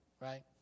right